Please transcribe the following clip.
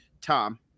Tom